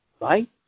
right